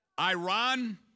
Iran